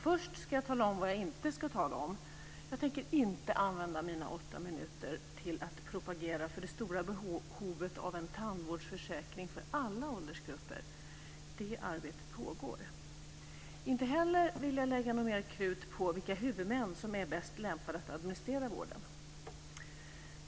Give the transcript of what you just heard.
Först ska jag tala om vad jag inte ska tala om: Jag tänker inte använda mina åtta minuter till att propagera för det stora behovet av en tandvårdsförsäkring för alla åldersgrupper. Det arbetet pågår. Inte heller vill jag lägga mer krut på vilka huvudmän som är bäst lämpade att administrera vården.